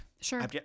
Sure